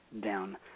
down